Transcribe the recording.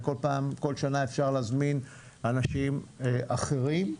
וכל שנה אפשר להזמין אנשים אחרים,